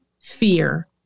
fear